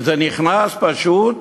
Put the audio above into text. וזה נכנס פשוט